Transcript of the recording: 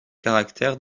caractères